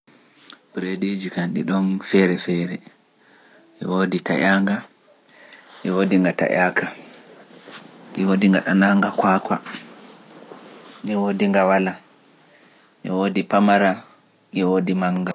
Reediiji kam ɗi ɗon feere-feere, e woodi taƴaanga e woodi nga taƴaaka, e woodi gaɗanaaka kwaakwa e woodi nga walaa, e woodi pamara e woodi mannga.